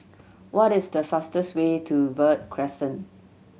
what is the fastest way to Verde Crescent